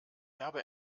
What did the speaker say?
habe